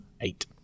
eight